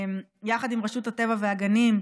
יחד עם רשות הטבע והגנים,